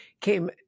came